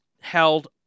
held